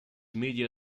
media